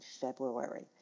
February